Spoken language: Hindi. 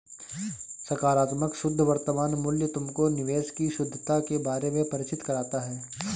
सकारात्मक शुद्ध वर्तमान मूल्य तुमको निवेश की शुद्धता के बारे में परिचित कराता है